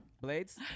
Blades